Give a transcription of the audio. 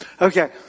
Okay